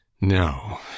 No